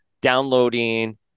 downloading